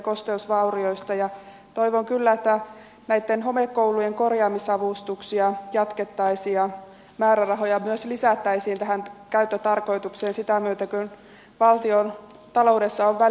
toivon kyllä että näitten homekoulujen korjaamisavustuksia jatkettaisiin ja määrärahoja myös lisättäisiin tähän käyttötarkoitukseen sitä myöten kuin valtiontaloudessa on välyksiä